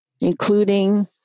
including